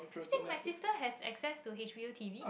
you think my sister has access to H_b_O T_V